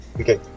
Okay